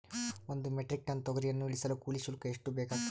ಒಂದು metric ton ತೊಗರಿಯನ್ನು ಇಳಿಸಲು ಕೂಲಿ ಶುಲ್ಕ ಎಷ್ಟು ಬೇಕಾಗತದಾ?